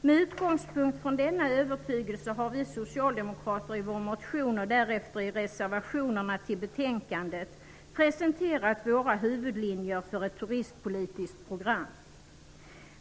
Med utgångspunkt i denna övertygelse har vi socialdemokrater i vår motion och därefter i reservationerna till betänkandet presenterat våra huvudlinjer för ett turistpolitiskt program.